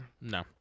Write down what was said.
No